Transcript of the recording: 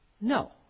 No